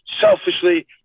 selfishly